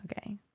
okay